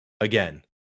again